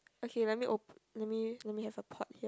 okay let me op~ let me let me have a pot here